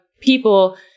people